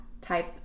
type